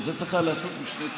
אתה רוצה לצנזר אותו?